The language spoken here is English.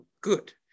Good